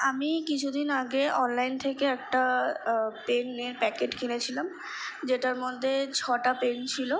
আমি কিছু দিন আগে অনলাইন থেকে একটা পেনের প্যাকেট কিনেছিলাম যেটার মধ্যে ছটা পেন ছিল